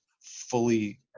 fully